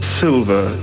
silver